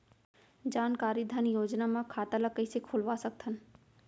जानकारी धन योजना म खाता ल कइसे खोलवा सकथन?